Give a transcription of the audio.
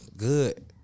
good